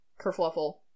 kerfluffle